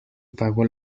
pagó